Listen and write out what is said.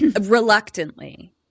reluctantly